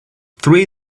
three